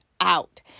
out